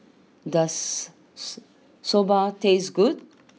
does Soba taste good